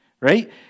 right